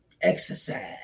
Exercise